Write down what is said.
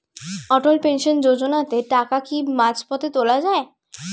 অটল pension যোজনাতে টাকা কি মাঝপথে তোলা যায়?